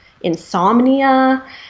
insomnia